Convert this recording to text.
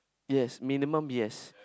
yes minimum yes